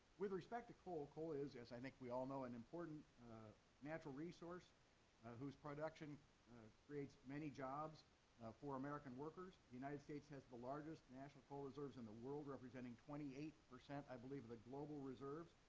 with respect to coal, coal is as i think we all know an important natural resource whose production creates many jobs for american workers. the united states has the largest natural coal reserves in the world, representing twenty eight percent, i believe, of the global reserves.